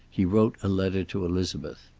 he wrote a letter to elizabeth.